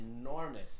Enormous